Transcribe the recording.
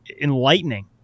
enlightening